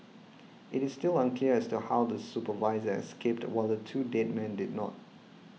it is still unclear as to how the supervisor escaped while the two dead men did not